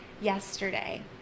yesterday